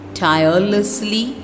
tirelessly